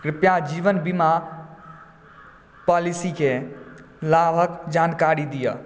कृपया जीवन बीमा पॉलिसीके लाभक जानकारी दिअ